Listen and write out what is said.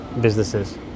businesses